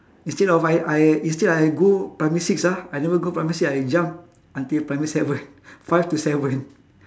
instead of I I instead I go primary six ah I never go primary six I jump until primary seven five to seven